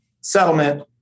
settlement